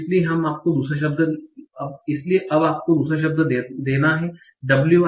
इसलिए अब आपको दूसरा शब्द देना है wi